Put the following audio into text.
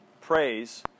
praise